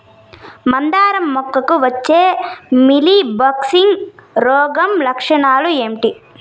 మందారం మొగ్గకు వచ్చే మీలీ బగ్స్ రోగం లక్షణాలు ఏంటి?